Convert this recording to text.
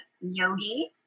yogi